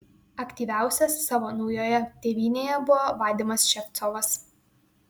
aktyviausias savo naujoje tėvynėje buvo vadimas ševcovas